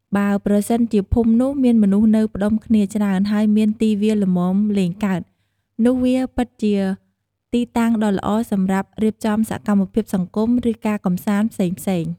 បើប្រសិនជាភូមិនោះមានមនុស្សនៅផ្ដុំគ្នាច្រើន ហើយមានទីវាលល្មមលេងកើត នោះវាពិតជាទីតាំងដ៏ល្អសម្រាប់រៀបចំសកម្មភាពសង្គម ឬការកម្សាន្តផ្សេងៗ។